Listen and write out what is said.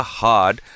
hard